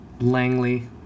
Langley